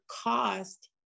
cost